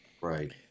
Right